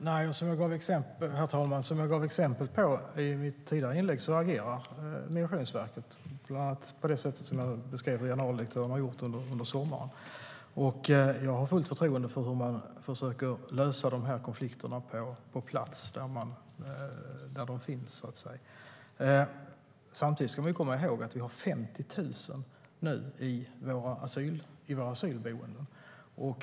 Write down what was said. Herr talman! Som jag gav exempel på i mitt tidigare inlägg agerar Migrationsverket, bland annat på det sätt som jag beskrev att generaldirektören har agerat under sommaren. Jag har fullt förtroende för hur man försöker lösa konflikterna på plats, där de finns. Samtidigt ska vi komma ihåg att vi nu har 50 000 i våra asylboenden.